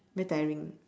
very tiring